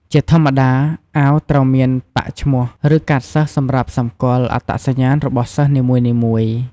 ជាធម្មតា អាវត្រូវមានប៉ាកឈ្មោះ ឬកាតសិស្សសម្រាប់សម្គាល់អត្តសញ្ញាណរបស់សិស្សនីមួយៗ